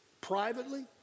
privately